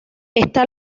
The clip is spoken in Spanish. está